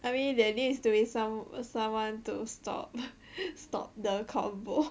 I mean there needs to be some someone to stop stop the convo